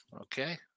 okay